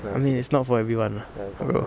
I mean it's not for everyone lah bro